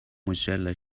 mozilla